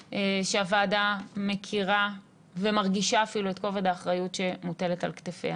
שהוועדה מכירה ומרגישה אפילו את כובד האחריות שמוטלת על כתפיה.